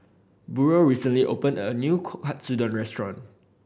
Burrel recently opened a new Katsudon Restaurant